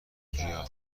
گیاه